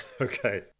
okay